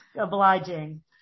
obliging